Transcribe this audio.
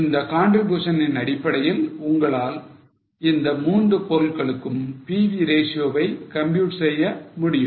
இந்த contribution னின் அடிப்படையில் உங்களால் அந்த மூன்று பொருட்களுக்கும் PV ratio வை compute செய்ய முடியும்